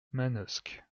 manosque